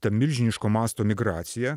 ta milžiniško masto migracija